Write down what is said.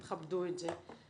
תכבדו את זה.